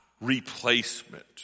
replacement